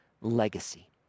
legacy